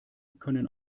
können